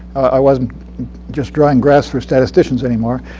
i wasn't just growing grass for statisticians anymore.